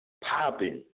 popping